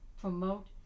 promote